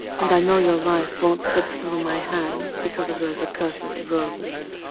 and i know your life won't slip through my hands, because of those accursed roses.